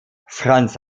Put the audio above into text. franz